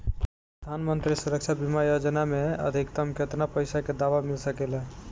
प्रधानमंत्री सुरक्षा बीमा योजना मे अधिक्तम केतना पइसा के दवा मिल सके ला?